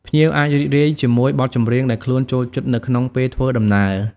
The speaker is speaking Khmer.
ភ្ញៀវអាចរីករាយជាមួយបទចម្រៀងដែលខ្លួនចូលចិត្តនៅក្នុងពេលធ្វើដំណើរ។